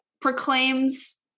proclaims